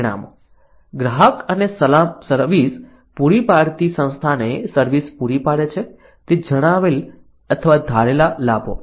પરિણામો ગ્રાહક અને સર્વિસ પૂરી પાડતી સંસ્થાને સર્વિસ પૂરી પાડે છે તે જણાવેલ અથવા ધારેલા લાભો